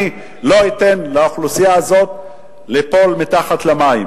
אני לא אתן לאוכלוסייה הזאת ליפול מתחת למים,